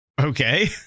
Okay